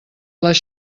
les